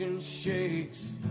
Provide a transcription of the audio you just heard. shakes